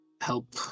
help